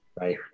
right